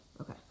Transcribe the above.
Okay